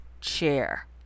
chair